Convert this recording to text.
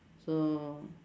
so